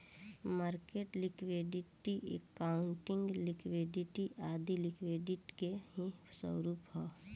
market liquidity, accounting liquidity आदी liquidity के ही स्वरूप है